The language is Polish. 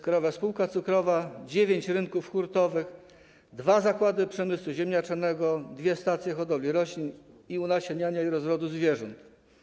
Krajowa Spółka Cukrowa - dziewięć rynków hurtowych, dwa zakłady przemysłu ziemniaczanego, dwie stacje hodowli roślin, unasienniania i rozrodu zwierząt.